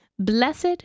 Blessed